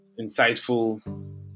insightful